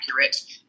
accurate